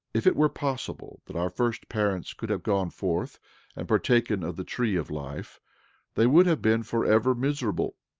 if it were possible that our first parents could have gone forth and partaken of the tree of life they would have been forever miserable,